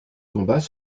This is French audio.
combats